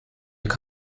your